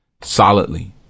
solidly